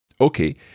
Okay